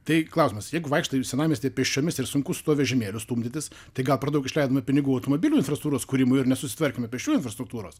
tai klausimas jeigu vaikštai senamiestyje pėsčiomis ir sunku su tuo vežimėliu stumdytis tai gal per daug išleidome pinigų automobilių infrastruktūros kūrimui ir nesusitvarkėme pėsčiųjų infrastruktūros